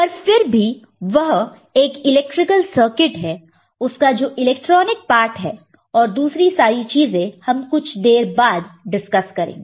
पर फिर भी वह एक इलेक्ट्रिकल सर्किट है उसका जो इलेक्ट्रॉनिक पार्ट है और दूसरी सारी चीजें हम कुछ देर बाद डिस्कस करेंगे